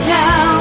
now